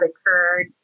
occurred